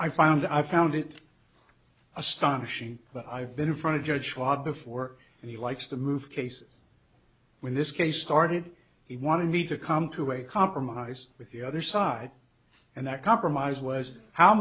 found i found it astonishing that i've been in front of judge before and he likes to move cases when this case started he wanted me to come to a compromise with the other side and that compromise was how